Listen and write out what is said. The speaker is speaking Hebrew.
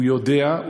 הוא יודע,